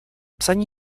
psaní